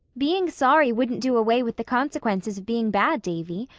being sorry wouldn't do away with the consequences of being bad, davy.